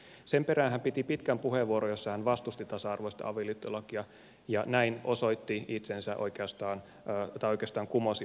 sen perään hän piti pitkän puheenvuoron jossa hän vastusti tasa arvoista avioliittolakia ja oikeastaan näin kumosi oman väitteensä